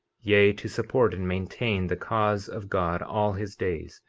yea, to support and maintain the cause of god all his days,